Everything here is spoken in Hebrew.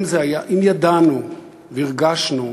אם ידענו והרגשנו,